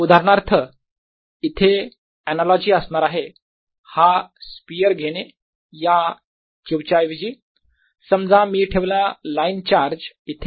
उदाहरणार्थ येथे अनालॉजी असणार आहे हा स्पियर घेणे या Q च्या ऐवजी समजा मी ठेवला लाईन चार्ज इथे